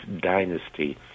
dynasty